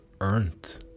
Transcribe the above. earned